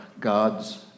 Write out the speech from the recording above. God's